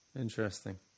Interesting